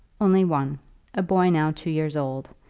only one a boy now two years old.